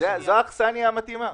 זו האכסניה המתאימה.